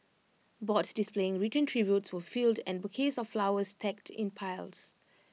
boards displaying written tributes were filled and bouquets of flowers stacked in piles